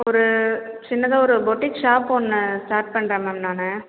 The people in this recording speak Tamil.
ஒரு சின்னதாக ஒரு பொட்டிக் ஷாப் ஒன்று ஸ்டார்ட் பண்ணுறேன் மேம் நான்